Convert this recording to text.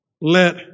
Let